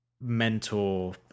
mentor